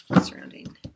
surrounding